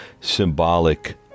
symbolic